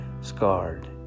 scarred